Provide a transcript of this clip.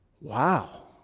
Wow